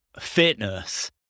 fitness